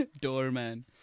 doorman